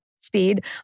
speed